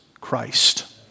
Christ